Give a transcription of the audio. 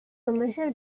commercial